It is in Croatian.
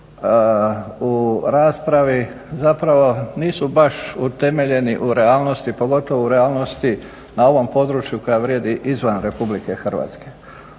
u raspravi, zapravo nisu baš utemeljeni u realnosti, pogotovo u realnosti na ovom području koja vrijedi izvan RH.